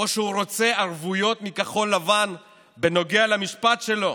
או שהוא רוצה ערבויות מכחול לבן בנוגע למשפט שלו.